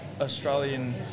Australian